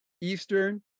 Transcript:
Eastern